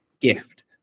gift